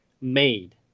made